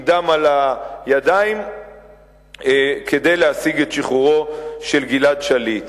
דם על הידיים כדי להשיג את שחרורו של גלעד שליט.